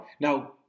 Now